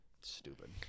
Stupid